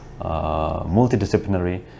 multidisciplinary